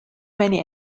many